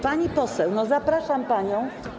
Pani poseł, zapraszam panią.